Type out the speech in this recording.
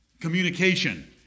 communication